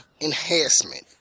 enhancement